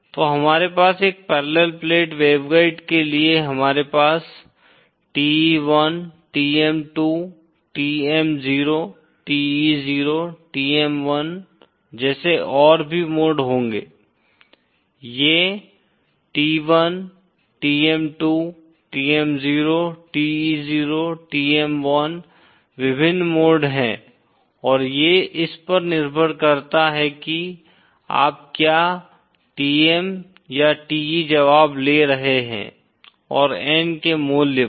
तो हमारे पास एक पैरेलल प्लेट वेवगाइड के लिए हमारे पास TE1 TM 2 TM0 TE0 TM1 जैसे और भी मोड होंगे ये T1 TM2 TM0 TE0 TM1 विभिन्न मोड हैं और ये इस पर निर्भर करता है कि आप क्या TM या TE जवाब ले रहे हैं और n के मूल्य पर